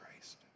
Christ